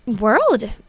world